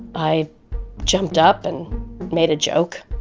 i jumped up and made a joke.